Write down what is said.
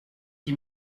qui